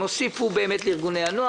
הם הוסיפו לארגוני הנוער.